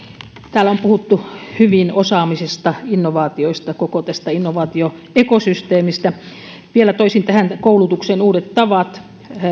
täällä on puhuttu hyvin osaamisesta innovaatioista koko tästä innovaatioekosysteemistä vielä toisin tähän koulutuksen uudet tavat